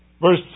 Verse